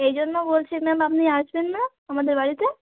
এই জন্য বলছি ম্যাম আপনি আসবেন না আমাদের বাড়িতে